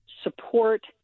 support